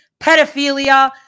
pedophilia